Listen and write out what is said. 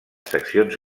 seccions